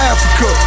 Africa